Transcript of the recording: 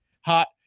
hot